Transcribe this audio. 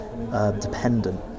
dependent